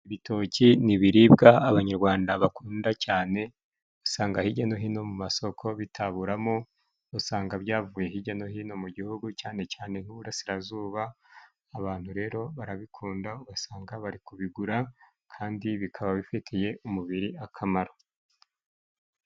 ibitoki n'ibiribwa abanyarwanda bakunda cyane usanga hirya no hino mu masoko bitaburamo usanga byavuye hirya no hino mu gihugu cyane cyane nk'uburasirazuba abantu rero barabikunda ugasanga bari kubigura kandi bikaba bifitiye umubiri akamaro.